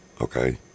Okay